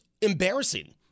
embarrassing